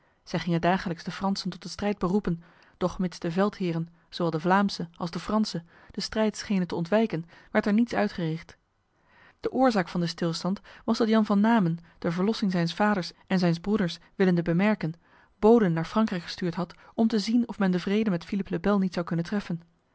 zij gingen dagelijks de fransen tot de strijd beroepen doch mits de veldheren zowel de vlaamse als de franse de strijd schenen te ontwijken werd er niets uitgericht de oorzaak van de stilstand was dat jan van namen de verlossing zijns vaders en zijns broeders willende bemerken boden naar frankrijk gestuurd had om te zien of men de vrede met philippe le bel niet zou kunnen treffen